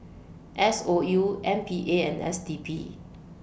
S O U M P A and S D P